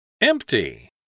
Empty